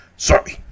Sorry